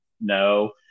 No